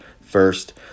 first